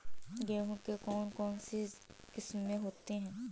गेहूँ की कौन कौनसी किस्में होती है?